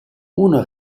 uno